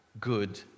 good